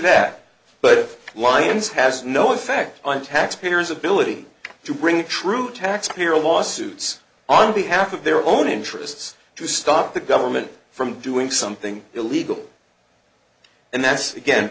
that but lines has no effect on taxpayers ability to bring true taxpayer lawsuits on behalf of their own interests to stop the government from doing something illegal and that's again